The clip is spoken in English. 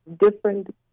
different